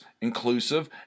inclusive